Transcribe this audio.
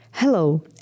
Hello